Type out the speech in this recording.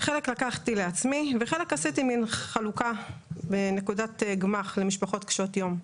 חלק לקחתי לעצמי וחלק עשיתי מן חלוקה בנקודת גמ"ח למשפחות קשות יום,